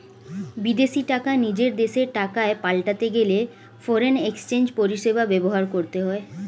বিদেশী টাকা নিজের দেশের টাকায় পাল্টাতে গেলে ফরেন এক্সচেঞ্জ পরিষেবা ব্যবহার করতে হয়